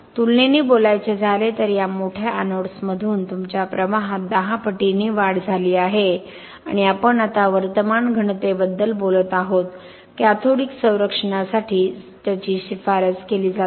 तुलनेने बोलायचे झाले तर या मोठ्या एनोड्समधून तुमच्या प्रवाहात १० पटीने वाढ झाली आहे आणि आपण आता वर्तमान घनतेबद्दल बोलत आहोत कॅथोडिक संरक्षणासाठी शिफारस केली जाते